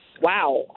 wow